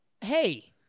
hey